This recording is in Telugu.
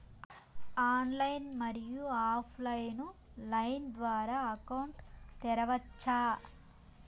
ఆన్లైన్, మరియు ఆఫ్ లైను లైన్ ద్వారా అకౌంట్ తెరవచ్చా?